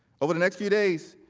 over the next few days,